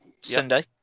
Sunday